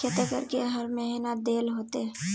केते करके हर महीना देल होते?